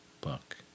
book